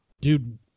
dude